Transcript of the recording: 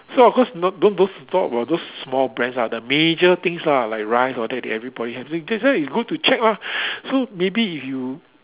so of course no don't don't talk about those small brands lah the major things lah like rice all that everybody have that that's why it's good to check lah so maybe if you